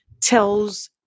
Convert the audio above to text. tells